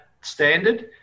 standard